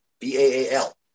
B-A-A-L